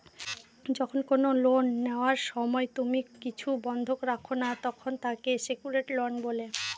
যখন কোনো লোন নেওয়ার সময় তুমি কিছু বন্ধক রাখো না, তখন তাকে সেক্যুরড লোন বলে